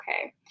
okay